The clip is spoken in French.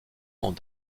ans